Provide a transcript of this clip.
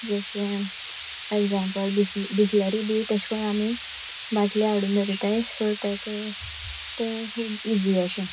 जशें example Bisleri बी तेश कोन आमी बाटले हाडून दवरयताय सो तेका तें खूब इजी अशें